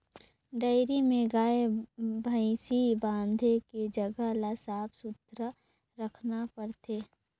dairy में गाय, भइसी बांधे के जघा ल साफ सुथरा रखना परथे